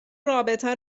رابطه